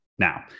Now